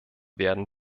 werden